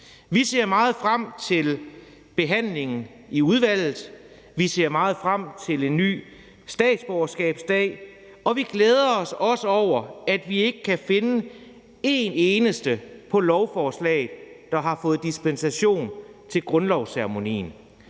Vi ser meget frem til behandlingen i udvalget, og vi ser meget frem til en ny statsborgerskabsdag. Vi glæder os også over, at vi ikke kan finde en eneste på lovforslaget, der har fået dispensation til grundlovsceremonien.